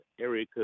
area